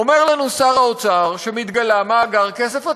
אומר לנו שר האוצר שהתגלה מאגר כסף עצום,